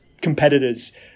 competitors